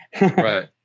Right